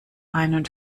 einen